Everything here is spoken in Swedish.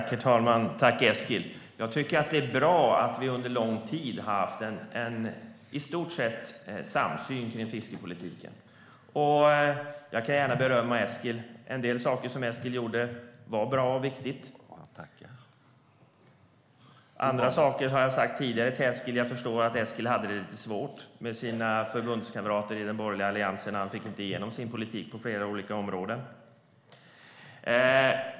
Herr talman! Jag tackar Eskil Erlandsson för detta. Det är bra att vi under lång tid i stort sett har haft en samsyn kring fiskepolitiken. Jag kan gärna berömma Eskil. En del saker som han gjorde var bra och viktiga. : Jag tackar.) Jag har tidigare sagt till Eskil att han i fråga om andra saker hade det lite svårt med sina förbundskamrater i den borgerliga alliansen. Han fick inte igenom sin politik på flera olika områden.